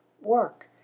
work